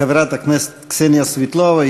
חברת הכנסת קסניה סבטלובה,